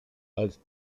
als